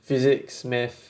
physics math